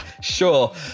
sure